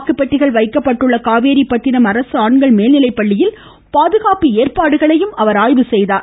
வாக்குப்பெட்டிகள் வைக்கப்பட்டுள்ள காவேரிப்பட்டினம் அரசு ஆண்கள் மேல்நிலைப்பள்ளியில் பாதுகாப்பு ஏற்பாடுகளை அவர் ஆய்வு செய்தார்